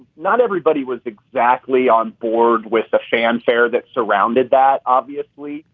not everybody was exactly on board with the fanfare that surrounded that, obviously.